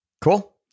Cool